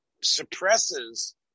suppresses